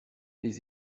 les